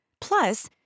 Plus